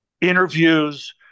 interviews